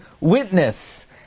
witness